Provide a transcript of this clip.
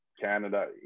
Canada